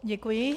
Děkuji.